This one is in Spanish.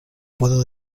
puedo